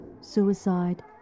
suicide